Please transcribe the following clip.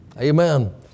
Amen